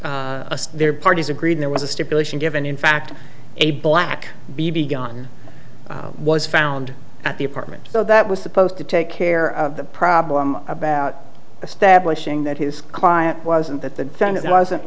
their parties agreed there was a stipulation given in fact a black b b gun was found at the apartment though that was supposed to take care of the problem about establishing that his client wasn't that the senate wasn't